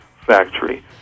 factory